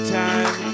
time